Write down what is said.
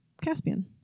Caspian